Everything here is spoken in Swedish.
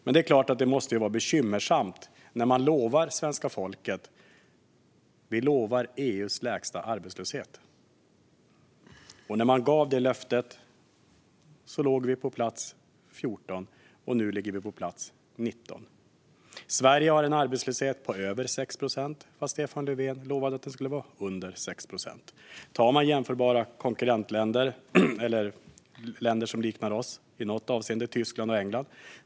Men det är klart att det måste vara bekymmersamt när man lovat svenska folket att vi ska ha EU:s lägsta arbetslöshet. När man gav det löftet låg vi på plats 14, och nu ligger vi på plats 19. Sverige har en arbetslöshet på över 6 procent trots att Stefan Löfven lovade att den skulle vara under 6 procent. Man kan titta på länder som liknar oss i något avseende: Tyskland och England.